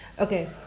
Okay